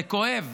זה כואב,